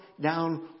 down